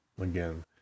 again